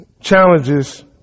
challenges